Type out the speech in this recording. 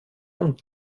und